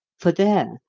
for there,